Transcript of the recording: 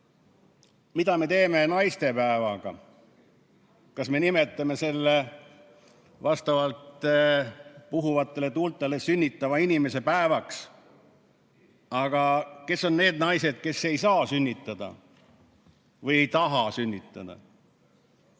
mida me teeme naistepäevaga? Kas me nimetame selle vastavalt puhuvatele tuultele sünnitava inimese päevaks? Aga kes on need naised, kes ei saa sünnitada või ei taha sünnitada?